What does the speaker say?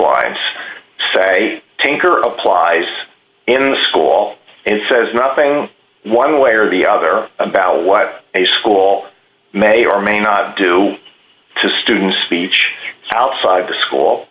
lines say tinker applies in the school and says nothing one way or the other about what a school may or may not do to students speech outside the school